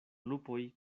lupoj